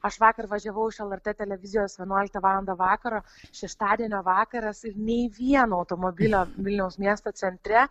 aš vakar važiavau iš lrt televizijos vienuoliktą valandą vakaro šeštadienio vakaras ir nei vieno automobilio vilniaus miesto centre